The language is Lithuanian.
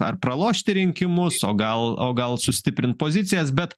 ar pralošti rinkimus o gal o gal sustiprint pozicijas bet